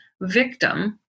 victim